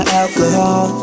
alcohol